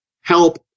help